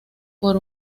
por